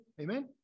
Amen